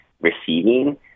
receiving